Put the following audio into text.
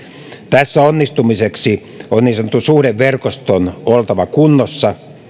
tässä onnistumiseksi on niin sanotun suhdeverkoston oltava kunnossa